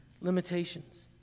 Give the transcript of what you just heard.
limitations